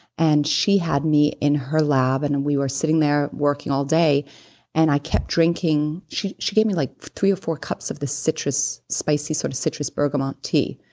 and she had me in her lab and and we were sitting there, working all day and i kept drinking. she she gave me like three or four cups of this citrus spicy sort of citrus bergamot tea,